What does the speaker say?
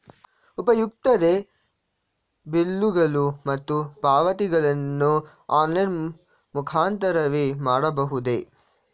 ಉಪಯುಕ್ತತೆ ಬಿಲ್ಲುಗಳು ಮತ್ತು ಪಾವತಿಗಳನ್ನು ಆನ್ಲೈನ್ ಮುಖಾಂತರವೇ ಮಾಡಬಹುದೇ?